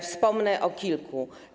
Wspomnę o kilku.